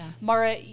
Mara